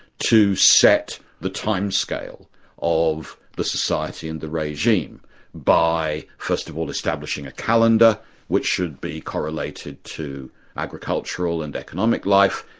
to set the time scale of the society and the regime by first of all establishing a calendar which should be correlated to agricultural and economic life,